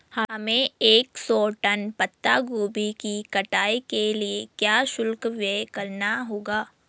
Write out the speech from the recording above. हमें एक सौ टन पत्ता गोभी की कटाई के लिए क्या शुल्क व्यय करना होगा?